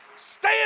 stay